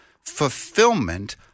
fulfillment